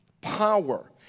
power